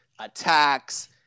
attacks